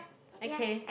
okay